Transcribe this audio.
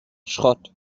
schrott